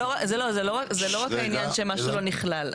לא, זה לא רק העניין שמשהו לא נכלל.